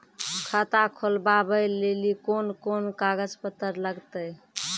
खाता खोलबाबय लेली कोंन कोंन कागज पत्तर लगतै?